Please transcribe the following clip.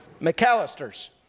McAllister's